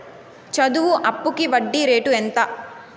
చదువు అప్పుకి వడ్డీ రేటు ఎంత?